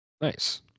nice